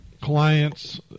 clients